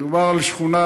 מדובר על שכונה